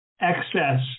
excess